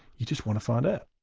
you just want to find out.